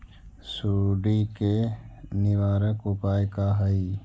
सुंडी के निवारक उपाय का हई?